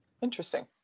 Interesting